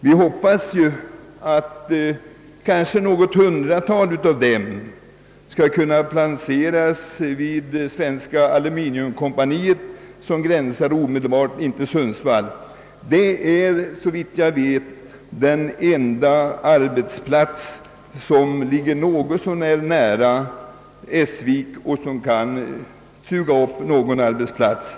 Vi hoppas att något hundratal skall kunna placeras vid Svenska aluminiumkompaniet, som har sina anläggningar vid gränsen till Njurunda. Det är, såvitt jag vet, den enda arbetsplats som ligger någorlunda nära Essvik och som skulle kunna suga upp viss del av arbetskraften.